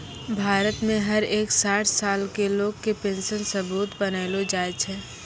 भारत मे हर एक साठ साल के लोग के पेन्शन सबूत बनैलो जाय छै